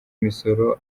imisoro